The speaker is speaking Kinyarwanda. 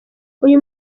uyu